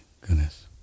goodness